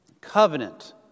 Covenant